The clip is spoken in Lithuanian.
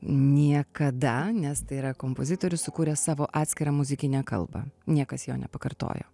niekada nes tai yra kompozitorius sukūręs savo atskirą muzikinę kalbą niekas jo nepakartojo